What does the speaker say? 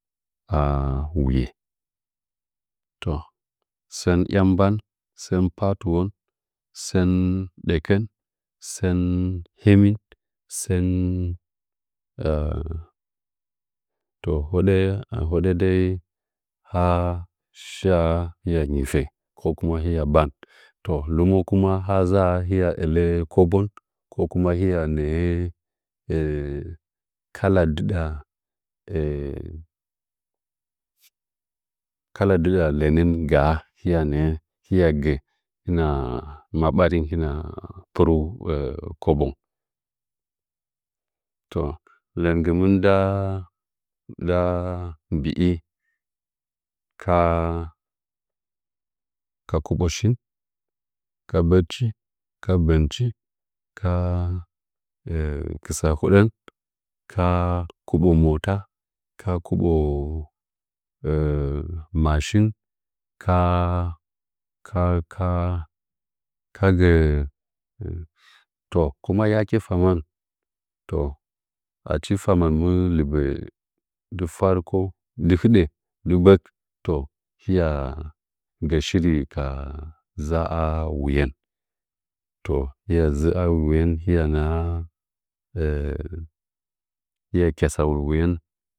A wuye to sɚn iyanngban sɚn patɨwon sɚn ɗekɚn sɚn hemin sɚn to hoɗɚ hoɗɚ dai ha shaa nyifɚ kokuma ya ɓan to lɨmo ku ma ha dzaa hiya ɚlɚ kobon kokuma hɨya nɚɚ kala dɨɗa lɚnɚ nɚɚ hiya ge ma barin kin a pɨru kobon to lɚngɨ mɨn dan nda mbi i ka kɨbo shin ka gbɚɗchi ka bɚnchi ka kɨtsa hoɗɚn ka kɨbo mota ka kɨbo machine ‘’kakaka nzɚ’’ ma yake famɚh achi famɚnn mɨ lɨba nggɨ farko nggɨ gɓɚk a gɚ shiri ka a wuyen to ya dzɨ a wuyen hɨya naha mɨye kyatsa wuyen